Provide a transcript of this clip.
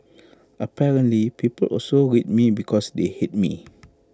apparently people also read me because they hate me